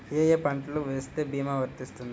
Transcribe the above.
ఏ ఏ పంటలు వేస్తే భీమా వర్తిస్తుంది?